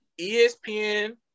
ESPN